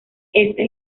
este